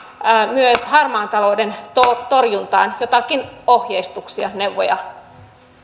myös harmaan talouden torjuntaan joitakin ohjeistuksia neuvoja